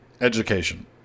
education